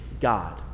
God